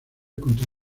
contra